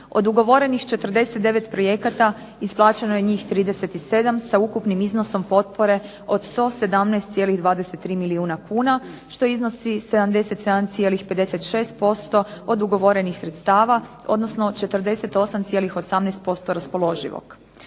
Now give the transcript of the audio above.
Od ugovorenih 49 projekata isplaćeno je njih 37 sa ukupnim iznosom potpore od 117,23 milijuna kuna što iznosi 77,56% od ugovorenih sredstava, odnosno 48,18% raspoloživog.